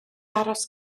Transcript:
aros